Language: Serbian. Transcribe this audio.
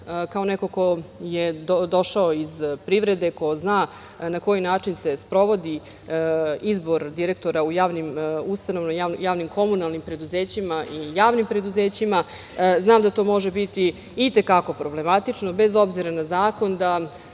kao neko ko je došao iz privrede, ko zna na koji način se sprovodi izbor direktora u javnim ustanovama, javnim komunalnim preduzećima i javnim preduzećima, znam da to može biti i te kako problematično, bez obzira na zakon.U